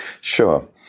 Sure